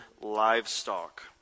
livestock